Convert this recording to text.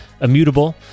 Immutable